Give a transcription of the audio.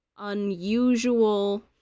unusual